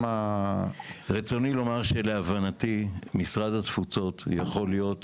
רצוני לומר שלהבנתי משרד התפוצות יכול להיות